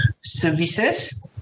services